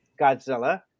Godzilla